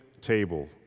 table